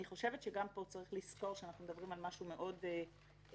אני חושבת שגם פה צריך לזכור שאנחנו מדברים על משהו מאוד חזק